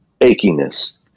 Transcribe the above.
achiness